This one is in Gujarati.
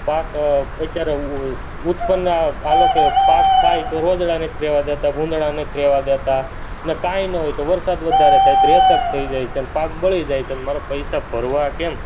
પાક અત્યારે ઉત્પન્ન આ હાલો કે પાક થાય તો રોઝડા નથી રહેવા દેતાં ભૂંડડા નથી રહેવા દેતા ને કાંઈ ન હોય તો વરસાદ વધારે થાય તો રેશક થઈ જાય છે ને પાક બળી જાય છે ને મારા પૈસા ભરવા કેમ